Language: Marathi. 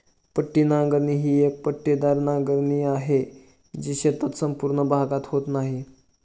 पट्टी नांगरणी ही एक पट्टेदार नांगरणी आहे, जी शेताचा संपूर्ण भागात होत नाही